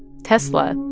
tesla.